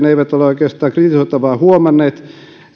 eivät ole oikeastaan kritisoitavaa huomanneet